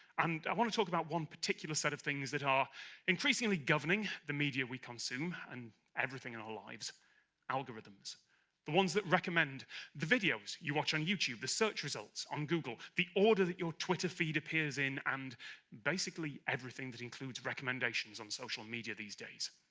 and i want to talk about one particular set of things that are increasingly governing the media we consume and everything in our lives algorithms the ones that recommend the videos you watch on youtube, the search results on google, the order that your twitter feed appears in and basically, everything that includes recommendations on social media these days.